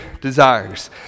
desires